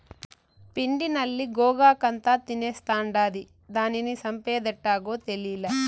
పిండి నల్లి గోగాకంతా తినేస్తాండాది, దానిని సంపేదెట్టాగో తేలీలా